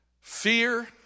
fear